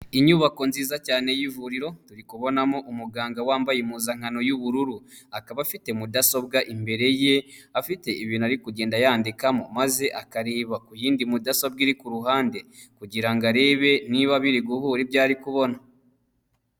Inyubako nziza cyane y'ivuriro turi kubonamo umuganga wambaye impuzankano y'ubururu akaba afite mudasobwa imbere ye afite ibintu ari kugenda yandika maze akareba ku yindi mudasobwa iri ku ruhande kugira ngo arebe niba biri guhura ibyo ari kubona.